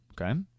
okay